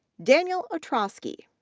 daniel ostrowski,